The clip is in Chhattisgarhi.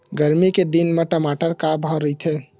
गरमी के दिन म टमाटर का भाव रहिथे?